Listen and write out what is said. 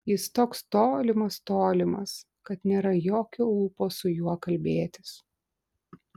jis toks tolimas tolimas kad nėra jokio ūpo su juo kalbėtis